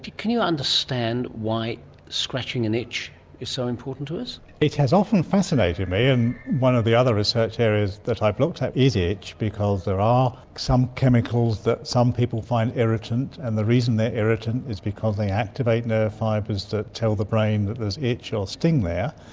can you understand why scratching an itch is so important to us? it has often fascinated me, and one of the other research areas that i've looked at is itch because there are some chemicals that some people find irritant and the reason they're irritant is because they activate nerve fibres that tell the brain that there's itch or sting there.